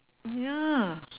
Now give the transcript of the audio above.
ya